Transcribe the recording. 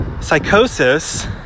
psychosis